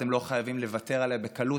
אתם לא חייבים לוותר עליה בקלות,